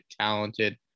talented